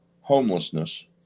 homelessness